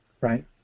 right